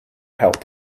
help